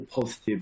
positive